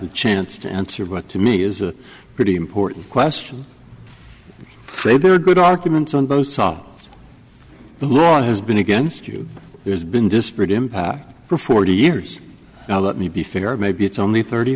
the chance to answer but to me is a pretty important question there are good arguments on both saw the law has been against you there's been disparate impact for forty years now let me be fair maybe it's only thirty